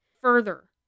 further